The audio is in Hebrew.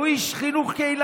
והוא גם איש חינוך קהילתי.